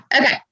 Okay